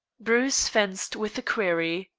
bruce fenced with the query.